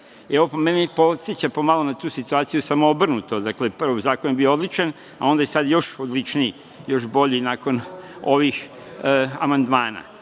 Ovo mene podseća po malo na tu situaciju, samo obrnuto. Dakle, prvo je zakon bio odličan, a sada je još odličniji, još bolji, nakon ovih amandmana. Kako